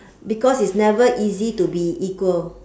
because it's never easy to be equal